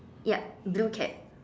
yup blue cap